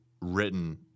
written